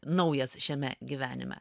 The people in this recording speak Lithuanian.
naujas šiame gyvenime